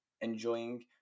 enjoying